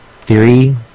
Theory